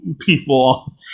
people